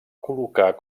col·locar